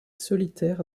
solitaire